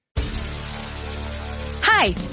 Hi